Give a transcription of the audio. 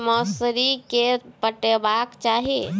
की मौसरी केँ पटेबाक चाहि?